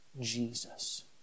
Jesus